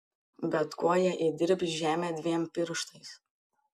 bet kuo jie įdirbs žemę dviem pirštais